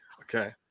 okay